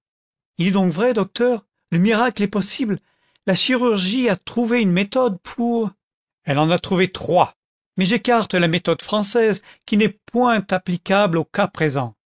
il est donc vrai docteur le miracle est possible la chirurgie a trouvé une méthode pour elle en a trouvé trois mais j'écarte la mébode française qui n'est point applicable au cas présent